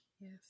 Yes